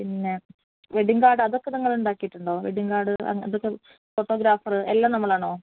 പിന്നെ wedding card അതൊക്കെ നിങ്ങൾ ഉണ്ടാക്കിയിട്ടുണ്ടോ വെഡിംഗ് കാർഡ് അതൊക്കെ ഫോട്ടോഗ്രാഫര് എല്ലാം നമ്മളാണോ